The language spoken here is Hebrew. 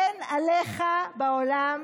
אין עליך בעולם.